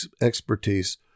expertise